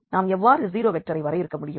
நாம் எவ்வாறு ஜீரோ வெக்டரை வரையறுக்க முடியும்